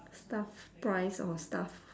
staff price or staff